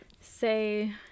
say